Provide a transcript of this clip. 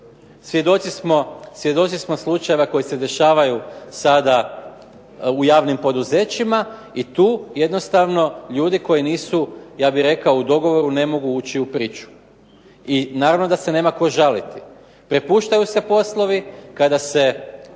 Svjedoci smo slučajeva koji se dešavaju sada u javnim poduzećima i tu jednostavno ljudi koji nisu ja bih rekao u dogovoru ne mogu ući u priču. I naravno da se nema tko žaliti. Prepuštaju se poslovi. Kada se